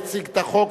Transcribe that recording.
יציג את החוק,